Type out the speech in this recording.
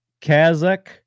Kazakh